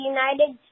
United